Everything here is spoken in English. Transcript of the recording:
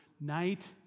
night